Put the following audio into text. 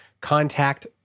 contact